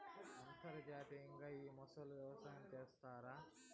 అంతర్జాతీయంగా ఈ మొసళ్ళ వ్యవసాయం చేస్తన్నారు